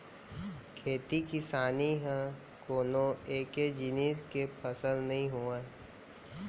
खेती किसानी ह कोनो एके जिनिस के फसल नइ होवय